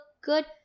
good